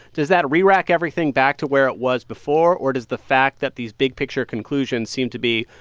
does that rerack everything back to where it was before? or does the fact that these big-picture conclusions seem to be,